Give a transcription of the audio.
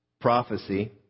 Prophecy